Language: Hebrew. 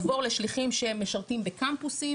עבור לשליחים שהם משרתים בקמפוסים